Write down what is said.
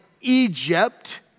Egypt